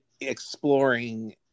exploring